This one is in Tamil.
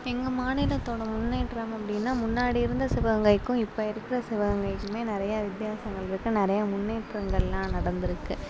எங்கள் மாநிலத்தோட முன்னேற்றம் அப்படின்னா முன்னாடி இருந்த சிவகங்கைக்கும் இப்போ இருக்கிற சிவகங்கைக்குமே நிறையா வித்யாசங்கள்ருக்கு நிறையா முன்னேற்றங்கள் எல்லாம் நடந்து இருக்கு